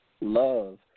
love